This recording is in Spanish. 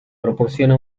proporciona